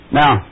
now